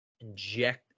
Inject